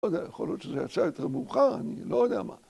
‫לא יודע, יכול להיות שזה יצא יותר מאוחר, ‫אני לא יודע מה.